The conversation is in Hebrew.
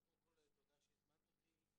קודם כל, תודה שהזמנת אותי.